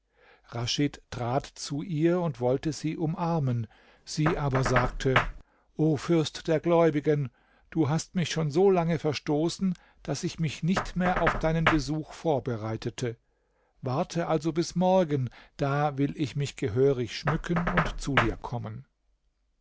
raschid trat zu ihr und wollte sie umarmen sie aber sagte o fürst der gläubigen du hast mich schon so lange verstoßen daß ich mich nicht mehr auf deinen besuch vorbereitete warte also bis morgen da will ich mich gehörig schmücken und zu dir kommen